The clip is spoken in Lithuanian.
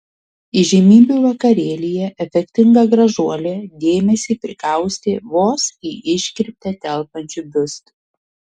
įžymybių vakarėlyje efektinga gražuolė dėmesį prikaustė vos į iškirptę telpančiu biustu